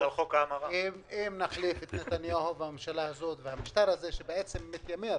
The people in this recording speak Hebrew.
אם נחליף את נתניהו ואת הממשלה הזאת ואת המשטר הזה שבעצם מתיימר